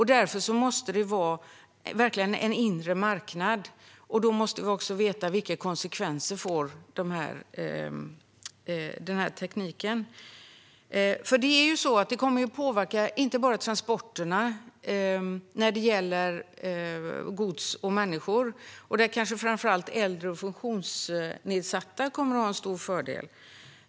Därför måste vi verkligen ha en inre marknad, och vi måste också veta vilka konsekvenser tekniken får. Detta kommer nämligen inte bara att påverka transporterna av gods och människor, där kanske framför allt äldre och funktionsnedsatta kommer att ha en stor fördel.